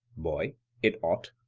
boy it ought.